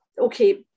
okay